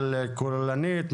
על כוללנית,